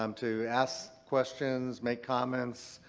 um to ask questions, make comments,